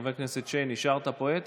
חבר הכנסת שיין, השארת פה עט?